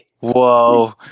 whoa